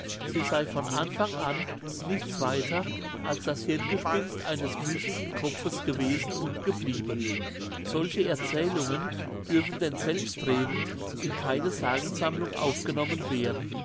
sie sey von anfang an nichts weiter als das hirngespinnst eines müßigen kopfes gewesen und geblieben solche erzählungen dürfen denn selbstredend in keine sagensammlung aufgenommen werden